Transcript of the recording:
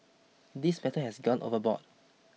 this matter has gone overboard